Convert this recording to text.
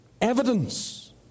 evidence